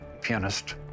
pianist